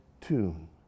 tune